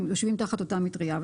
הם יושבים תחת אותה מטריה.